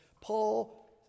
Paul